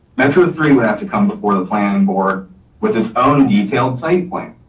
metro three would have to come before the planning board with this own detailed site plan.